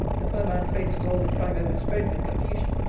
the poor man's face was all this time overspread with confusion,